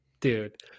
dude